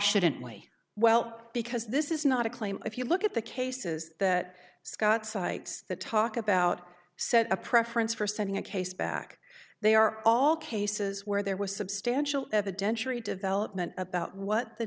shouldn't way well because this is not a claim if you look at the cases that scott cites that talk about set a preference for setting a case back they are all cases where there was substantial evidentiary development about what the